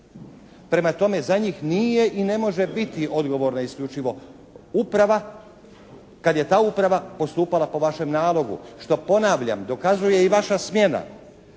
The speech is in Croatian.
Prema tome za njih nije i ne može biti odgovorna isključivo Uprava kad je ta Uprava postupala po vašem nalogu što ponavljam dokazuje i vaša smjena